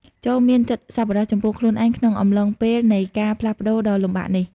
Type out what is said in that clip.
ចូរមានចិត្តសប្បុរសចំពោះខ្លួនឯងក្នុងអំឡុងពេលនៃការផ្លាស់ប្តូរដ៏លំបាកនេះ។